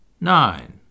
nine